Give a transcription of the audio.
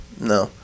No